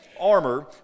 armor